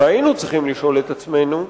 והיינו צריכים לשאול את עצמנו,